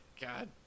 God